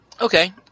okay